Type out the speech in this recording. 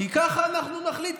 כי ככה אנחנו נחליט,